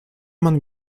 man